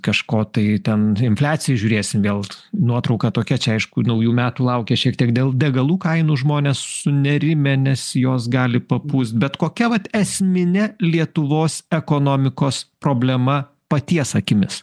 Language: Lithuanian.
kažko tai ten infliaciją žiūrėsim vėl nuotrauka tokia čia aišku naujų metų laukė šiek tiek dėl degalų kainų žmonės sunerimę nes jos gali papūst bet kokią esmine lietuvos ekonomikos problema paties akimis